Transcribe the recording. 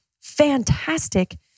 fantastic